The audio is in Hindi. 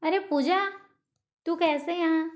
अरे पूजा तू कैसे यहाँ